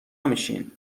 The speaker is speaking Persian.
میشین